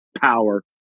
power